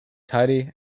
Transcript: tidy